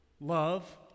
love